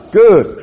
good